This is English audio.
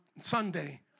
Sunday